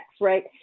Right